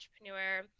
entrepreneur